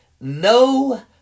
No